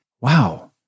wow